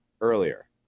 earlier